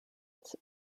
its